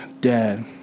Dad